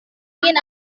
ingin